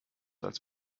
als